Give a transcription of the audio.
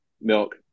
milk